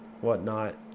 whatnot